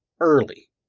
early